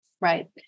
Right